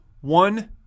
one